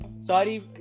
Sorry